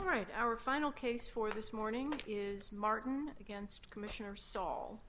all right our final case for this morning is mark against commissioner s